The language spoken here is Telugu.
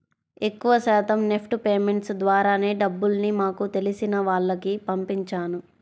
ఎక్కువ శాతం నెఫ్ట్ పేమెంట్స్ ద్వారానే డబ్బుల్ని మాకు తెలిసిన వాళ్లకి పంపించాను